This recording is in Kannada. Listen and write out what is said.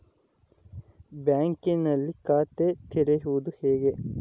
ಬ್ಯಾಂಕಿನಲ್ಲಿ ಖಾತೆ ತೆರೆಯುವುದು ಹೇಗೆ?